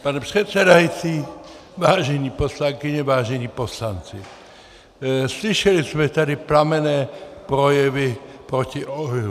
Pane předsedající, vážené poslankyně, vážení poslanci, slyšeli jsme tady plamenné projevy proti euru.